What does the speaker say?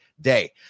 day